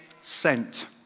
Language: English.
sent